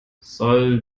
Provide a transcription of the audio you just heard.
soll